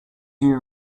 you